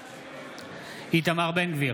בעד איתמר בן גביר,